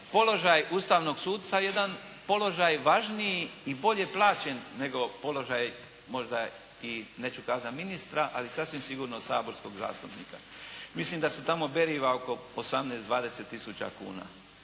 položaj ustavnog suca jedan položaj važniji i bolje plaćen nego položaj možda neću kazati ministra, ali sasvim sigurno saborskog zastupnika. Mislim da su tamo beriva oko 18, 20 tisuća kuna.